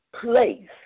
place